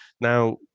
Now